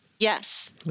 Yes